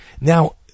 Now